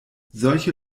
solche